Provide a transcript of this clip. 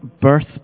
birth